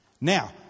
Now